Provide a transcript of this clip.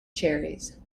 cherries